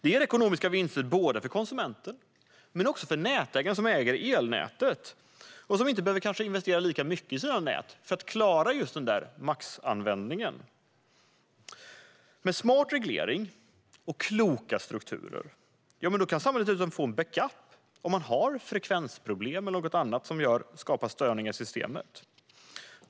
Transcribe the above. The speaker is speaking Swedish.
Det ger ekonomiska vinster för konsumenten, men också för nätägaren som kanske inte behöver investera lika mycket i sina nät för att klara just maxanvändningen. Med smart reglering och kloka strukturer kan samhället dessutom få en backup som kan användas vid frekvensproblem eller annat som skapar störningar i systemet.